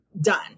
done